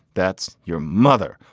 that's your mother.